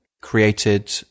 created